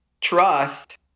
trust